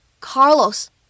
Carlos